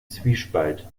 zwiespalt